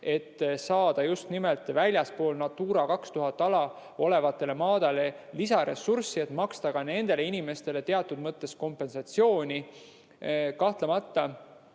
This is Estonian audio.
et saada just nimelt väljaspool Natura 2000 ala olevatele maadele lisaressurssi ja maksta ka inimestele teatud mõttes kompensatsiooni. Kahtlemata